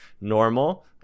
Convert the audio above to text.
normal